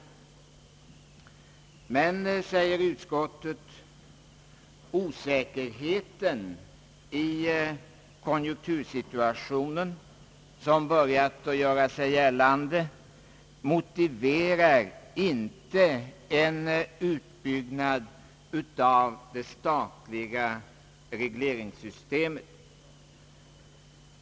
Men utskottet säger att »den osäkerhet i konjunktursituationen som de senaste månaderna börjat göra sig gällande» inte motiverar en utbyggnad av det statliga regleringssystemet.